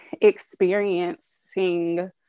experiencing